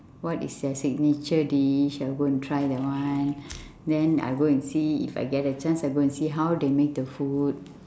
what is their signature dish I'll go and try that one then I'll go and see if I get the chance I'll go and see how they make the food